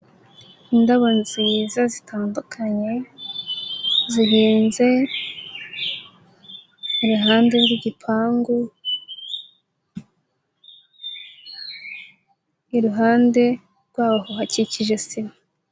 Indabo nziza zitandukanye zihinze, iruhande rw'igipangu, iruhande rwaho hakikije sima.